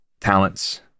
talents